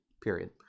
period